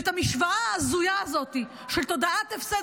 ואת המשוואה ההזויה הזאת של תודעת הפסד